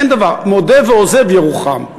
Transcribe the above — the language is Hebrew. אין דבר, מודה ועוזב ירוחם.